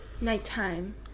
nighttime